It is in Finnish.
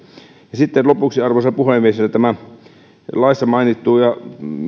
sitten lopuksi arvoisa puhemies laissa mainittu ja